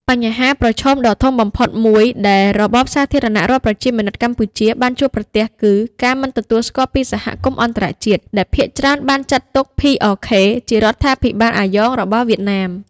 បញ្ហាប្រឈមដ៏ធំបំផុតមួយ ដែលរបបសាធារណរដ្ឋប្រជាមានិតកម្ពុជា បានជួបប្រទះគឺការមិនទទួលស្គាល់ពីសហគមន៍អន្តរជាតិ ដែលភាគច្រើនបានចាត់ទុក PRK ជារដ្ឋាភិបាលអាយ៉ងរបស់វៀតណាម។